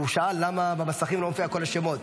הוא שאל למה במסכים לא מופיעים כל השמות.